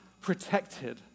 protected